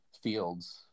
fields